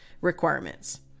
requirements